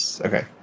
Okay